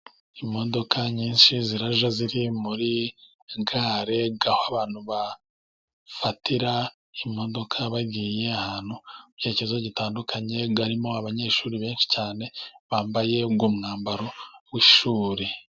Imodoka nyinshi ziba ziri muri gare, aho abantu bafatira imodoka bagiye ahantu mu byerekezo bitandukanye. Harimo abanyeshuri benshi cyane bambaye umwambaro w'ishuri.